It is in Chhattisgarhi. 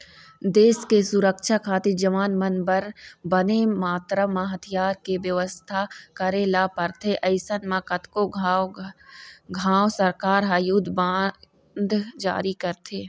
देस के सुरक्छा खातिर जवान मन बर बने मातरा म हथियार के बेवस्था करे ल परथे अइसन म कतको घांव सरकार ह युद्ध बांड जारी करथे